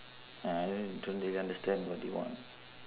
ah I don't really understand what they want